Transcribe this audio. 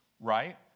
right